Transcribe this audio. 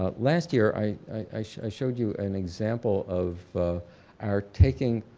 ah last year i i showed you an example of our taking